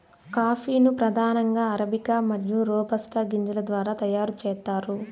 coffee ను ప్రధానంగా arabica మరియు రోబస్టా గింజల ద్వారా తయారు చేత్తారు